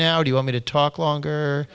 now do you want me to talk longer